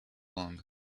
long